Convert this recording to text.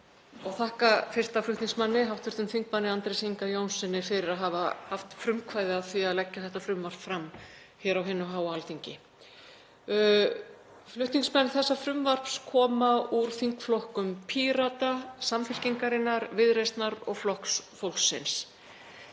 og þakka fyrsta flutningsmanni, hv. þm. Andrési Inga Jónssyni, fyrir að hafa haft frumkvæði að því að leggja þetta frumvarp fram hér á hinu háa Alþingi. Flutningsmenn þessa frumvarps koma úr þingflokkum Pírata, Samfylkingarinnar, Viðreisnar og Flokks fólksins.